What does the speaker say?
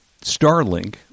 Starlink